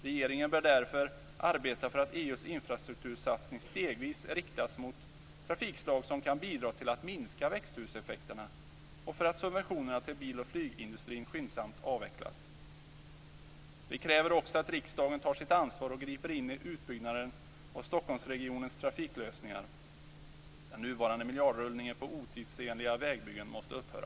Regeringen bör därför arbeta för att EU:s infrastruktursatsning stegvis riktas mot trafikslag som kan bidra till att minska växthuseffekterna och för att subventionerna till bil och flygindustrin skyndsamt avvecklas. Vi kräver också att riksdagen tar sitt ansvar och griper in i utbyggnaden av Stockholmsregionens trafiklösningar. Den nuvarande miljardrullningen på otidsenliga vägbyggen måste upphöra.